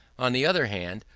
on the other hand,